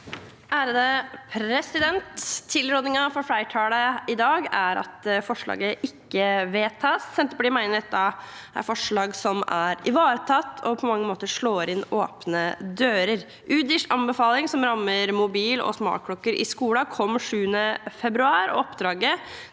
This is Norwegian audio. (Sp) Tilrådin- gen fra flertallet i dag er at forslaget ikke vedtas. Senter partiet mener dette er forslag som er ivaretatt, og som på mange måter slår inn åpne dører. Udirs anbefaling, som rammer mobil og smartklokker i skolen, kom 7. februar. Oppdraget